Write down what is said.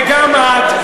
וגם את,